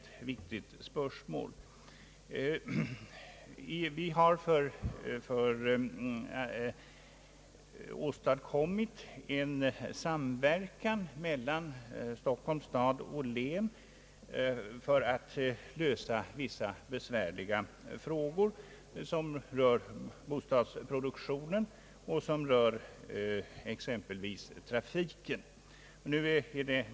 Vi har åstadkommit en samverkan mellan Stockholms stad och län för att lösa vissa besvärliga frågor som rör exempelvis bostadsproduktionen och trafiken.